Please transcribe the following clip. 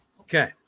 Okay